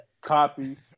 copies